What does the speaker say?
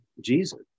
Jesus